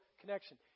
connection